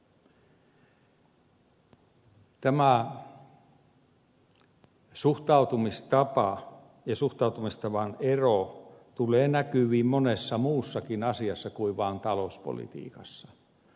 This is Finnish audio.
tämä suhtautumistapa ja suhtautumistavan ero tulee näkyviin monessa muussakin asiassa kuin vaan talouspolitiikassa